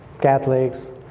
Catholics